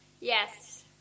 yes